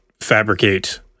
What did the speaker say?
fabricate